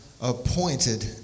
appointed